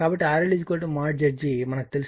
కాబట్టి RL Zg మనకు తెలుసు